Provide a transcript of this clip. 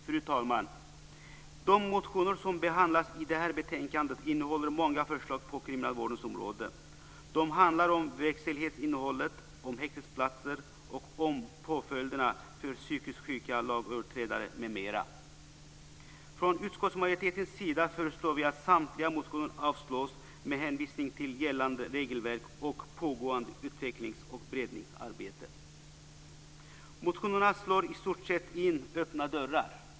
Fru talman! De motioner som behandlas i detta betänkande innehåller många förslag på kriminalvårdens område. De handlar om verkställighetsinnehållet, om häktesplatser och om påföljderna för psykiskt sjuka lagöverträdare m.m. Från utskottsmajoritetens sida föreslår vi att samtliga motioner avslås, med hänvisning till gällande regelverk och pågående utvecklings och beredningsarbete. Motionerna slår i stort sett in öppna dörrar.